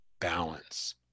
balance